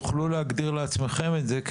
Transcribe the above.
תוכלו להגדיר לעצמכם את זה,